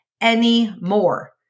anymore